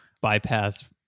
bypass